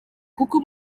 kuko